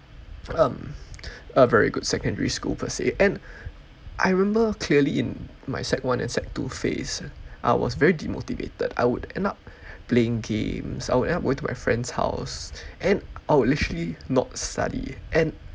um a very good secondary school per se and I remember clearly in my sec one and sec two phase I was very demotivated I would end up playing games I would end up going to my friend's house and I would literally not study and